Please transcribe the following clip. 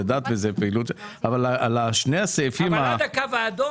אבל על שני הסעיפים האחרים